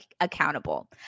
accountable